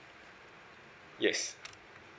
yes